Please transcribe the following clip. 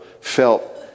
felt